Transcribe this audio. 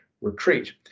retreat